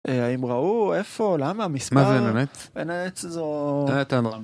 האם ראו איפה, למה, מסמך, מה זה באמת? ???.